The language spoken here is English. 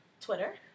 Twitter